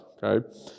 Okay